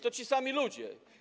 To ci sami ludzie.